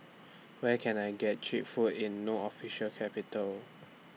Where Can I get Cheap Food in No Official Capital